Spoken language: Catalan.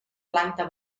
planta